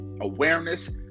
awareness